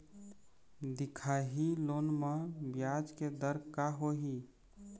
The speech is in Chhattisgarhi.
दिखाही लोन म ब्याज के दर का होही?